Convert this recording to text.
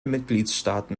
mitgliedstaaten